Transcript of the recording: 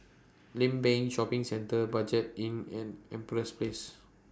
Limbang Shopping Centre Budget Inn and Empress Place